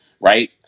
right